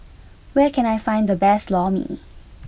where can I find the best Lor Mee